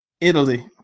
Italy